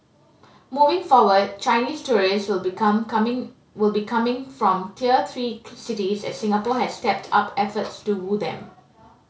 moving forward Chinese tourists will become coming will be coming from tier three cities as Singapore has stepped up efforts to woo them